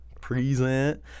Present